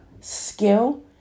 skill